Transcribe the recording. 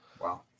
Wow